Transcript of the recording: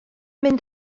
mynd